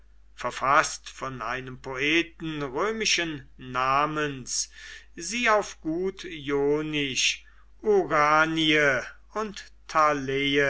verfaßt von einem poeten römischen namens sie auf gut ionisch uranie und